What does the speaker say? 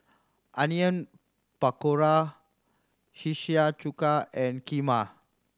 Onion Pakora Hiyashi Chuka and Kheema